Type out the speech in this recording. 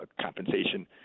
compensation